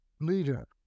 leader